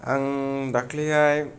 आं दाख्लैहाय